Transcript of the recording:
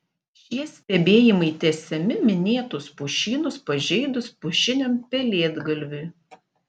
šie stebėjimai tęsiami minėtus pušynus pažeidus pušiniam pelėdgalviui